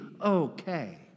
okay